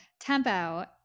Tempo